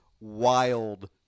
Wild